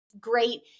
great